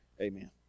amen